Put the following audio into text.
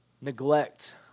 neglect